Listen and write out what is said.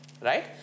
right